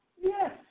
Yes